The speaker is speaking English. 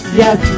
yes